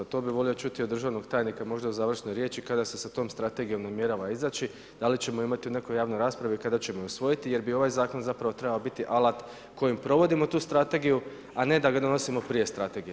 To bih volio čuti od državnog tajnika možda u završnoj riječi, kada se sa tom strategijom namjerava izaći, dali ćemo imati u nekoj javnoj raspravi i kada ćemo je usvojiti jer bi ovaj Zakon zapravo trebao biti alat kojim provodimo tu strategiju, a ne da ga donosimo prije strategije.